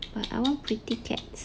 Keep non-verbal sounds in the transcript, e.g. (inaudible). (noise)